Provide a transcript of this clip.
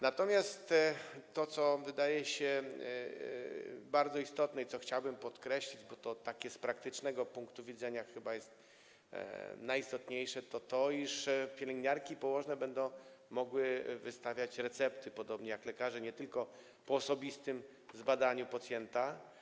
Natomiast to, co wydaje się bardzo istotne i co chciałbym podkreślić, bo jest to z praktycznego punktu widzenia chyba najistotniejsze, to jest to, iż pielęgniarki i położne będą mogły wystawiać recepty, podobnie jak lekarze, nie tylko po osobistym zbadaniu pacjenta.